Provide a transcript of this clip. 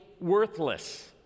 worthless